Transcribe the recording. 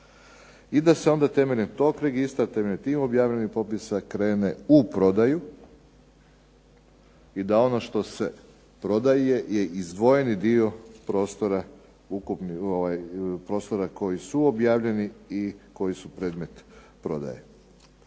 i da se onda temeljem tog registra, temeljem tih objavljenih popisa krene u prodaju i da ono što se prodaje je izdvojeni dio prostora koji su objavljeni i koji su predmet prodaje.